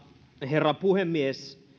herra puhemies